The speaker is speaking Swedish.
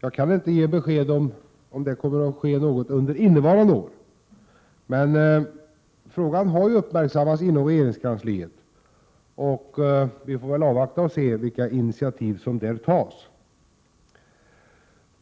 att jag inte kan ge besked om huruvida det kommer att ske någon ändring innevarande år, men frågan har uppmärksammats inom regeringskansliet, och vi får väl avvakta och se vilka initiativ som där tas.